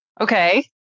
Okay